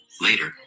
Later